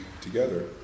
together